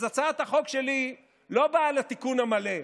אז הצעת החוק שלי לא באה לתיקון המלא,